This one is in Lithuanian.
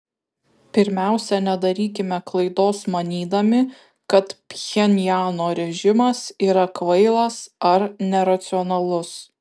pirmiausia nedarykime klaidos manydami kad pchenjano režimas yra kvailas ar neracionalus